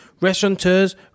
restaurateurs